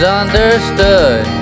understood